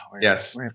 Yes